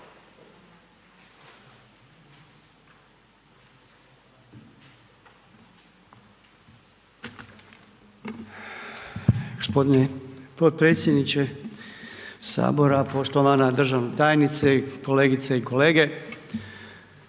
Gospodine potpredsjedniče sabora, poštovana državna tajnice, kolegice i kolege,